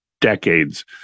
decades